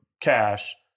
cash